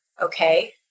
Okay